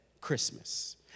Christmas